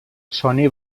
sony